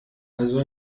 also